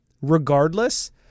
Regardless